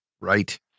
Right